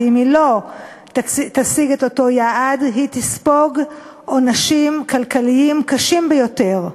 ואם היא לא תשיג את אותו יעד היא תספוג עונשים כלכליים קשים ביותר,